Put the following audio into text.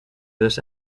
this